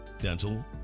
dental